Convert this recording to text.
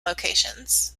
locations